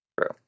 True